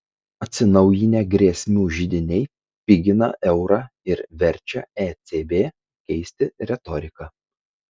atsinaujinę grėsmių židiniai pigina eurą ir verčia ecb keisti retoriką